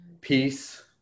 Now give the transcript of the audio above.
peace